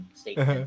statement